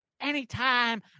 Anytime